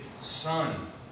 son